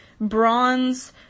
bronze